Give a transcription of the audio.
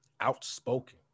outspoken